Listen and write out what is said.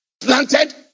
planted